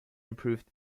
improved